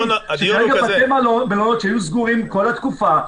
וכרגע בתי מלון שהיו סגורים כל התקופה,